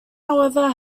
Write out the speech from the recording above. however